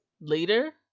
later